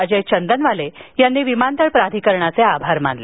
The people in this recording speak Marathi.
अजय चंदनवाले यांनी विमानतळ प्राधिकरणाचे आभार मानले